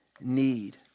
need